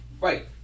right